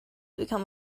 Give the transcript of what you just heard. become